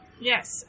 Yes